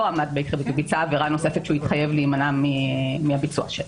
עמד בהתחייבותו ביצע עבירה נוספת שהוא התחייב להימנע מהביצוע שלה.